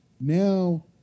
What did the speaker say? Now